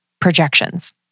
projections